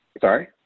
sorry